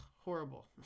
Horrible